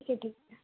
ठीक है ठीक है